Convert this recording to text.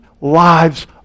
lives